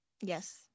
Yes